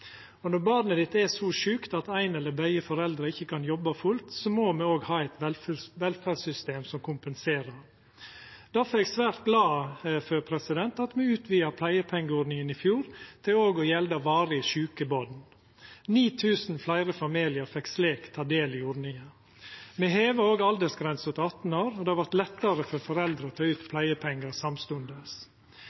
Når barnet er så sjukt at ein av foreldra eller begge ikkje kan jobba fullt, må me òg ha eit velferdssystem som kompenserer. Difor er eg svært glad for at me utvida pleiepengeordninga i fjor til òg å gjelda varig sjuke barn. 9 000 fleire familiar fekk slik ta del i ordninga. Me heva òg aldersgrensa til 18 år, og det vart lettare for foreldre å ta ut pleiepengar samstundes.